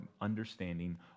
understanding